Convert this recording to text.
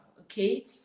okay